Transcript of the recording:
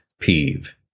peeve